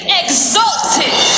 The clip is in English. exalted